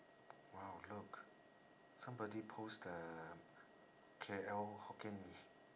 !wow! look somebody post the K_L hokkien mee